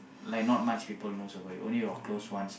like not much people knows about it only your close ones